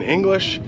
English